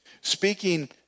speaking